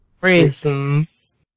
reasons